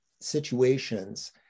situations